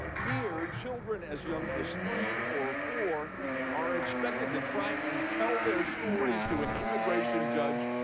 here, children as young as three or four are expected to try and tell their stories to an immigration judge,